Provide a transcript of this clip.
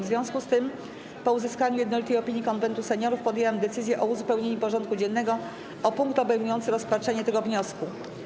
W związku z tym, po uzyskaniu jednolitej opinii Konwentu Seniorów, podjęłam decyzję o uzupełnieniu porządku dziennego o punkt obejmujący rozpatrzenie tego wniosku.